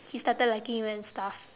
he started liking you and stuff